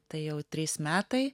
tai jau trys metai